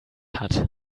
hat